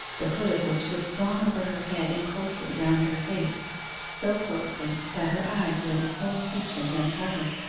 the hood of which was drawn over her head and closely round her face so closely that her eyes were the sole features uncovered.